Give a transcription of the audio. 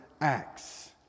acts